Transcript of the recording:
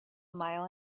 mile